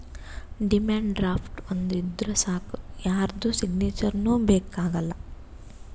demand draft ಒಂದ್ ಇದ್ದೂರ್ ಸಾಕ್ ಯಾರ್ದು ಸಿಗ್ನೇಚರ್ನೂ ಬೇಕ್ ಆಗಲ್ಲ